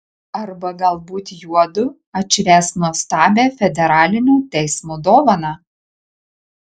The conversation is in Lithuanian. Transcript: arba galbūt juodu atšvęs nuostabią federalinio teismo dovaną